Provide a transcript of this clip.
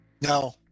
No